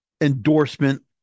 endorsement